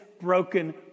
broken